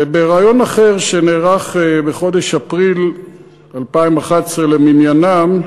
ובריאיון אחר, שנערך בחודש אפריל 2011 למניינם,